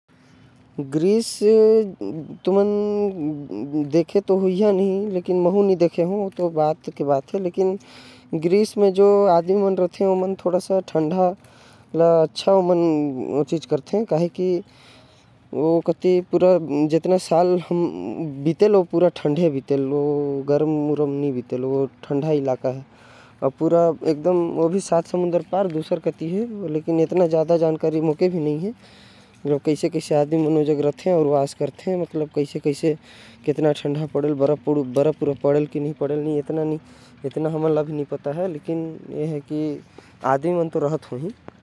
ग्रीस के बारे म भी मोके कुछ पता नही हवे। लेकिन वहा हर साल ठंडा पड़थे। बाकी मोके भी ज्यादा जानकारी नही हवे।